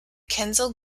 kensal